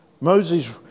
Moses